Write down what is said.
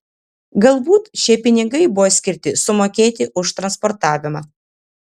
galbūt šie pinigai buvo skirti sumokėti už transportavimą